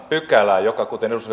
pykälää joka kuten edustaja